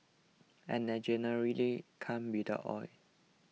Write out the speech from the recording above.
and they generally come without oil